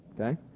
okay